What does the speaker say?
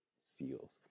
seals